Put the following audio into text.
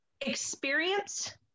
experience